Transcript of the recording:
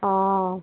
অঁ